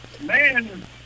man